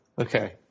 Okay